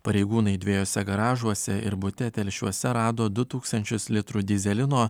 pareigūnai dviejuose garažuose ir bute telšiuose rado du tūkstančius litrų dyzelino